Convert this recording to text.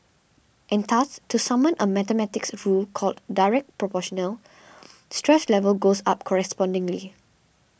and thus to summon a mathematics rule called Directly Proportional stress levels go up correspondingly